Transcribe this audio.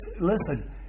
Listen